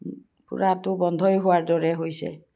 ফুৰাটো বন্ধই হোৱাৰ দৰে হৈছে